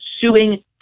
suing